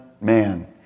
man